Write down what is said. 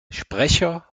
sprecher